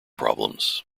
problems